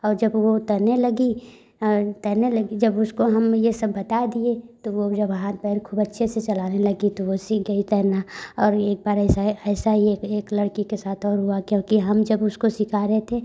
और जब वो तैरने लगी तैरने लगी जब उसको हम ये सब बता दिए तो वो जब हाथ पैर खूब अच्छे से चलाने लगी तो वो सीख गई तैरना और एक बार ऐसा है ऐसा ही एक एक लड़की के साथ और हुआ क्योंकि हम जब उसको सीखा रहे थे